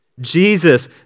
Jesus